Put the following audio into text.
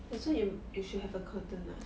that's why you you should have a curtain lah